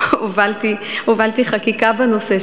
הובלתי חקיקה בנושא,